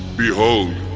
behold!